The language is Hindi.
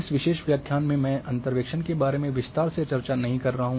इस विशेष व्याख्यान में मैं अंतर्वेसन के बारे में विस्तार से चर्चा नहीं कर रहा हूं